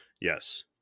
Yes